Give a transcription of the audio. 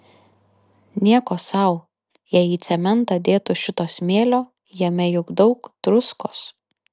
nieko sau jei į cementą dėtų šito smėlio jame juk daug druskos